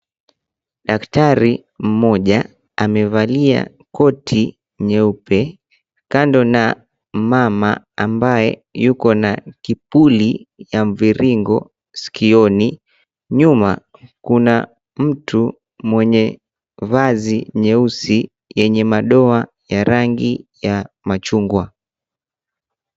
Daktari mmoja amevalia koti nyeupe kando na mama ambaye yuko na kipuli ya mviringo sikioni. Nyuma kuna mtu mwenye vazi nyeusi yenye madoa ya rangi ya machungwa.